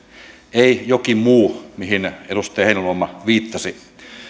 ei jokin muu mihin edustaja heinäluoma viittasi